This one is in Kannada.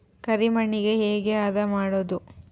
ಕರಿ ಮಣ್ಣಗೆ ಹೇಗೆ ಹದಾ ಮಾಡುದು?